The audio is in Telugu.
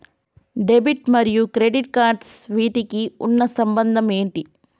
డెబిట్ మరియు క్రెడిట్ కార్డ్స్ వీటికి ఉన్న సంబంధం ఏంటి?